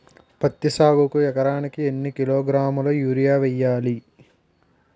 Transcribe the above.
పత్తి సాగుకు ఎకరానికి ఎన్నికిలోగ్రాములా యూరియా వెయ్యాలి?